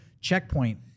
checkpoint